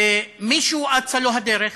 ומישהו אצה לו הדרך,